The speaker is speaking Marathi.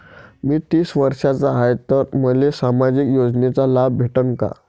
मी तीस वर्षाचा हाय तर मले सामाजिक योजनेचा लाभ भेटन का?